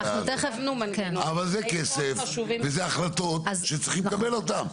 אבל זה כסף, וזה החלטות, שצריכים לקבל אותן.